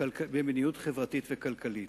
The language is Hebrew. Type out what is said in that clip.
חברתית וכלכלית.